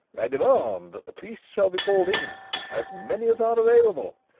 i demand that the police shall be called in as many as are available.